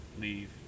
leave